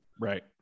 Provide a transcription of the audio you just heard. Right